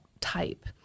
type